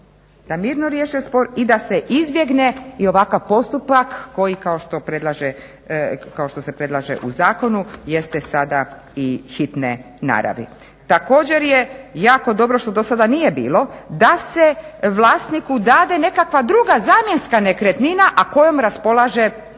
da mirno riješe spor i da se izbjegne i ovakav postupak koji kao što se predlaže u zakonu jeste sada i hitne naravi. Također je jako dobro što do sada nije bilo da se vlasniku dade nekakva druga zamjenska nekretnina a kojom raspolaže